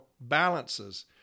balances